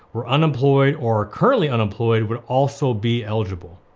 were unemployed, or are currently unemployed, would also be eligible.